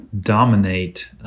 dominate